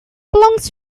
belongs